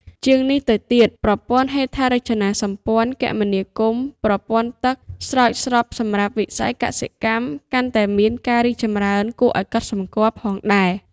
ជាងនេះទៅទៀត ប្រពន្ធ័ហេដ្ឋារចនាសម្ពន្ធ័ គមនាគមន៏ ប្រពន្ធ័ទឹកស្រោចស្រពសំរាប់ វិស៍យកសិកម្ម កាន់តែមានការីកចំរើន គួរអោយកត់សំគាល់ផងដែរ ។